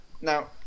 now